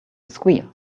squeal